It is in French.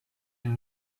une